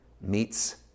meets